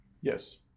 Yes